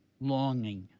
longing